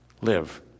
live